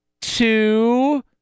two